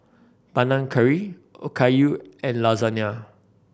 Panang Curry Okayu and Lasagne